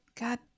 god